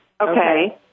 Okay